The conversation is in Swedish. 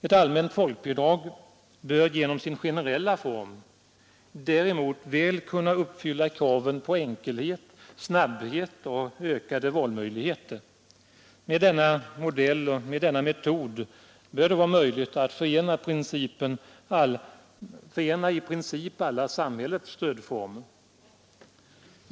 Ett allmänt folkbidrag bör genom sin generella form däremot väl kunna uppfylla kraven på enkelhet, snabbhet och ökade valmöjligheter. Med denna modell bör det vara möjligt att förena i princip alla samhällets stödformer.